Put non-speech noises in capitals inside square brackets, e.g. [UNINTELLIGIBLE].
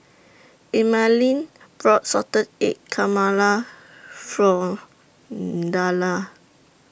Emaline brought Salted Egg [UNINTELLIGIBLE] For Dalia